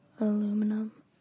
Aluminum